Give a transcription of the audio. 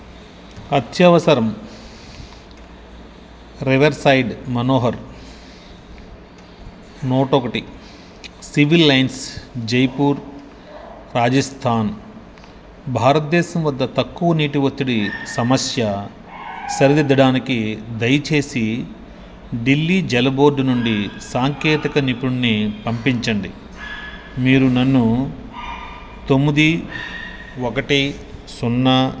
అత్యవసరం riverside manor నూట ఒకటి సివిల్ లైన్స్ జైపూర్ రాజస్థాన్ భారత్దేశం వద్ద తక్కువ నీటి ఒత్తిడి సమస్య సరిదిద్దడానికి దయచేసి ఢిల్లీ జల బోర్డు నుండి సాంకేతిక నిపుణుణ్ణి పంపించండి మీరు నన్ను తొమ్మిది ఒకటి సున్నా